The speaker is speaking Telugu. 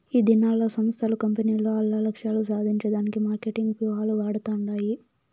ఈదినాల్ల సంస్థలు, కంపెనీలు ఆల్ల లక్ష్యాలు సాధించే దానికి మార్కెటింగ్ వ్యూహాలు వాడతండాయి